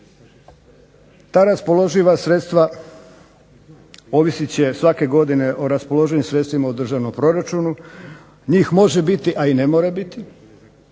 TA raspoloživa sredstva ovisit će svake godine o raspoloživim sredstvima u državnom proračunu, njih može biti a i ne mora biti,